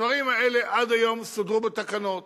הדברים האלה עד היום סודרו בתקנות